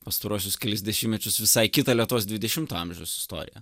pastaruosius kelis dešimtmečius visai kita lietuvos dvidešimto amžiaus istoriją